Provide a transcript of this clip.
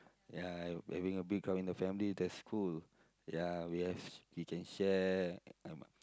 ya uh having a big crowd in a family that's cool ya we have we can share um